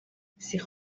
سیخ